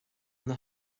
ina